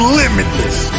limitless